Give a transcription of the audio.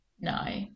No